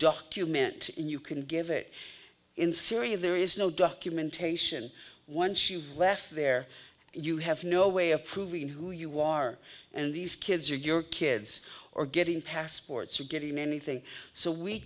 document and you can give it in syria there is no documentation once you've left there you have no way of proving who you are and these kids are your kids or getting passports or getting anything so we